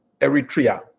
Eritrea